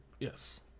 Yes